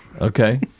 Okay